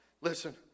Listen